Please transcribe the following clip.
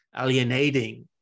alienating